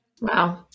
Wow